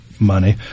money